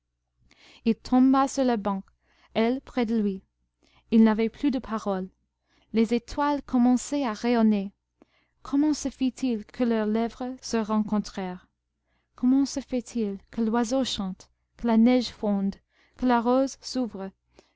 il tomba sur le banc elle près de lui ils n'avaient plus de paroles les étoiles commençaient à rayonner comment se fit-il que leurs lèvres se rencontrèrent comment se fait-il que l'oiseau chante que la neige fonde que la rose s'ouvre